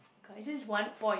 cause is this one point